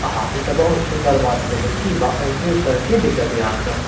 अहऽ ई तऽ बहुत सुन्दर बात भेलै की बात कि की दिक्कत अछि अहाँके